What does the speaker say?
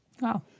Wow